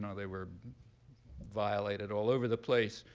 and they were violated all over the place.